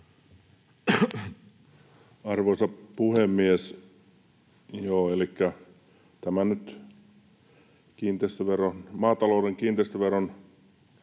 Arvoisa puhemies! Maatalouden kiinteistöveron